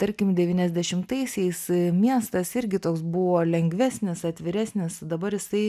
tarkim devyniasdešimtaisiais miestas irgi toks buvo lengvesnis atviresnis dabar jisai